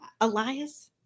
Elias